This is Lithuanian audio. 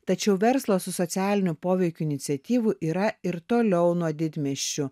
tačiau verslas su socialiniu poveikiu iniciatyvų yra ir toliau nuo didmiesčių